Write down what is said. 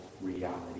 reality